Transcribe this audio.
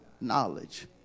knowledge